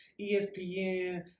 ESPN